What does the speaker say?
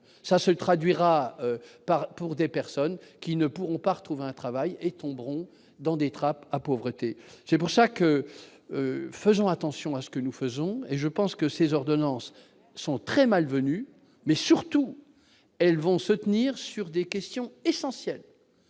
ça se traduira par pour des personnes qui ne pourront pas retrouver un travail et tomberont dans des trappes à pauvreté, c'est pour ça que faisons attention à ce que nous faisons et je pense que ces ordonnances sont très malvenue, mais surtout, elles vont se tenir sur des questions essentielles